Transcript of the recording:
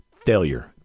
failure